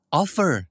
offer